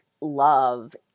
love